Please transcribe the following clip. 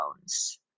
phones